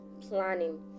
planning